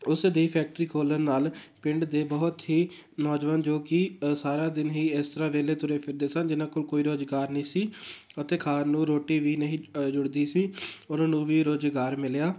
ਉਸ ਦੀ ਫੈਕਟਰੀ ਖੋਲ੍ਹਣ ਨਾਲ ਪਿੰਡ ਦੇ ਬਹੁਤ ਹੀ ਨੌਜਵਾਨ ਜੋ ਕਿ ਸਾਰਾ ਦਿਨ ਹੀ ਇਸ ਤਰ੍ਹਾਂ ਵਿਹਲੇ ਤੁਰੇ ਫਿਰਦੇ ਸਨ ਜਿਹਨਾਂ ਕੋਲ ਕੋਈ ਰੁਜ਼ਗਾਰ ਨਹੀਂ ਸੀ ਅਤੇ ਖਾਣ ਨੂੰ ਰੋਟੀ ਵੀ ਨਹੀਂ ਜੁੜਦੀ ਸੀ ਔਰ ਉਹਨਾਂ ਨੂੰ ਵੀ ਰੁਜ਼ਗਾਰ ਮਿਲਿਆ